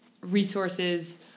resources